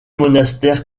monastère